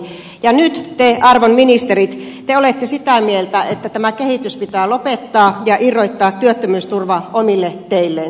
ja nyt te arvon ministerit te olette sitä mieltä että tämä kehitys pitää lopettaa ja irrottaa työttömyysturva omille teilleen